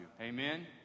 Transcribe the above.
amen